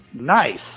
Nice